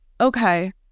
okay